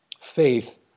faith